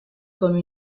comme